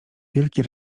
wielkie